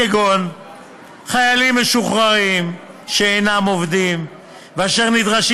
כגון חיילים משוחררים שאינם עובדים ואשר נדרשים